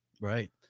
Right